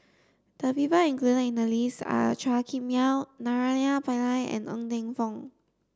the people included in the list are Chua Kim Yeow Naraina Pillai and Ng Teng Fong